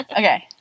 Okay